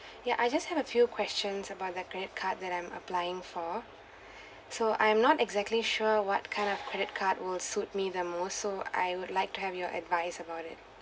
ya I just have a few questions about the credit card that I'm applying for so I'm not exactly sure what kind of credit card will suit me the most so I would like to have your advice about it